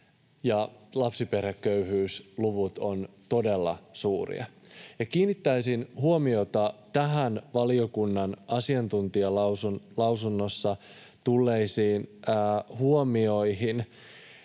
lapsiperheköyhyysluvut ovat todella suuria. Kiinnittäisin huomiota näihin valiokunnan asiantuntijalausunnossa tulleisiin huomioihin,